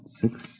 Six